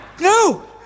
No